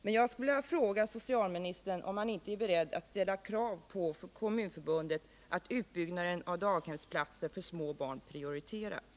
Men jag skulle vilja fråga socialministern om han inte är beredd att ställa krav på Kommunförbundet att utbyggnaden av daghemsplatser för små barn skall prioriteras.